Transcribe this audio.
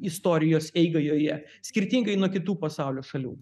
istorijos eigą joje skirtingai nuo kitų pasaulio šalių